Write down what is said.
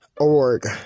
org